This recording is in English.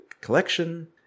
collection